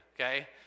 Okay